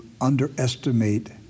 underestimate